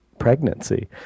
pregnancy